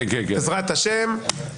בעזרת השם.